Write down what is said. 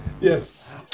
Yes